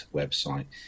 website